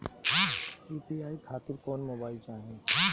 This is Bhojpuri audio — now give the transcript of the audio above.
यू.पी.आई खातिर कौन मोबाइल चाहीं?